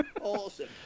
awesome